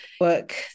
work